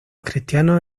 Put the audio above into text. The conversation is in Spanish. cristianos